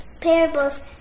parables